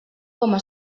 coma